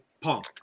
Punk